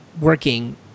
working